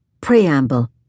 Preamble